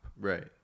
Right